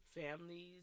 families